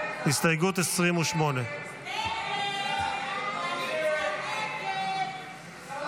הסתייגות 28. הסתייגות 28 לא